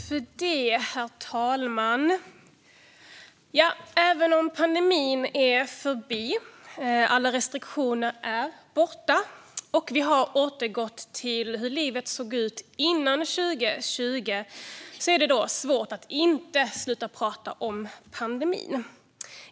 Herr talman! Även om pandemin är förbi, alla restriktioner är borta och vi har återgått till hur livet såg ut före 2020 är det svårt att inte prata om pandemin.